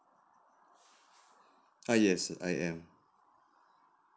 uh yes I am